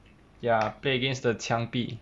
ya play against the 墙壁